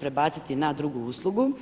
prebaciti na drugu uslugu.